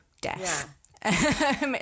death